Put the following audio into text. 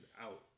out